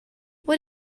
what